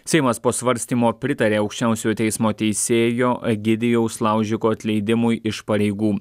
seimas po svarstymo pritarė aukščiausiojo teismo teisėjo egidijaus laužiko atleidimui iš pareigų